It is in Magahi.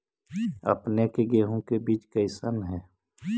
अपने के गेहूं के बीज कैसन है?